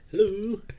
Hello